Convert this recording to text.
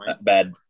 bad